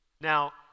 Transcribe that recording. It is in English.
now